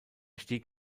stieg